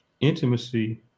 intimacy